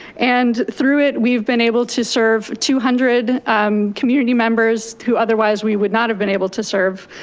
and through it we've been able to serve two hundred community members, who otherwise we would not have been able to serve,